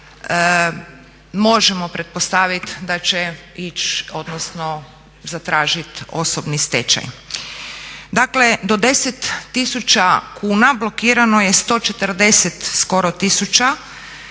možemo pretpostavit da će ići odnosno zatražit osobni stečaj. Dakle do 10 000 kuna blokirano je skoro 140